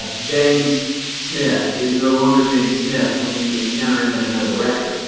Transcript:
ah james smith is no longer james smith when you encounter him in another record.